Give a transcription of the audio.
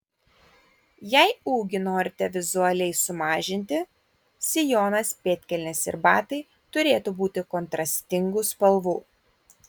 jei ūgį norite vizualiai sumažinti sijonas pėdkelnės ir batai turėtų būti kontrastingų spalvų